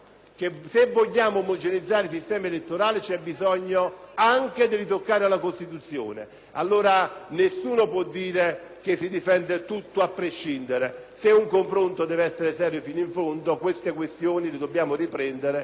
anche di ritoccare la Costituzione. Nessuno può dire che si difende tutto a prescindere. Se un confronto deve essere serio fino in fondo, dobbiamo riprendere tali questioni e avviare un confronto di merito sereno e certo.